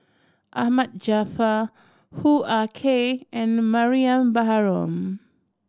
Ahmad Jaafar Hoo Ah Kay and Mariam Baharom